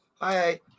hi